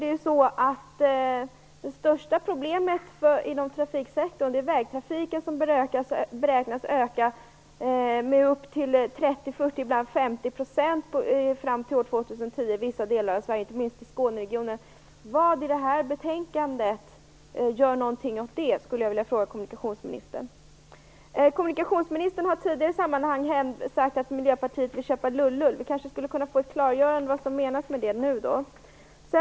Det största problemet inom trafiksektorn är vägtrafiken som beräknas öka med 30-40 %, och ibland 50 %, fram till år 2010 i vissa delar av Sverige, inte minst i Kommunikationsministern har i tidigare sammanhang sagt att Miljöpartiet vill köpa lull lull. Vi skulle kanske kunna få ett klargörande om vad som menas med det nu.